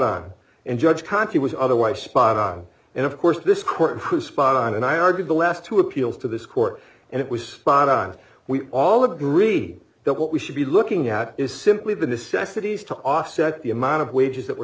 on and judge conti was otherwise spot on and of course this court has spot on and i argued the last two appeals to this court and it was spot on we all agree that what we should be looking at is simply the necessities to offset the amount of wages that were